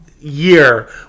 year